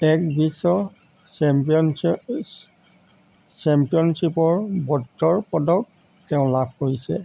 tag বিশ্ব চেম্পিয়নশ্চিপত চেম্পিয়নশ্চিপৰ ব্ৰজৰ পদক তেওঁ লাভ কৰিছে